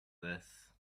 this